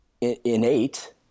innate